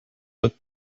looked